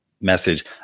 message